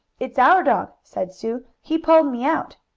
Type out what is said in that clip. it's our dog, said sue. he pulled me out.